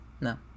No